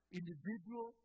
individual